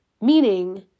Meaning